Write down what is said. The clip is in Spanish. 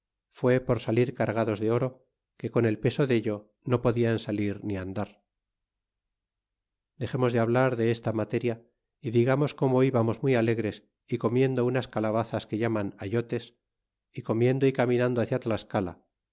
fue por salir cargados de oro que con el peso dello no podian salir ni nadar dexemos de hablar en esta materia y digamos como íbamos muy alegres y comiendo unas calabazas que llaman allotes comiendo y caminando hcia tlascala